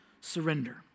surrender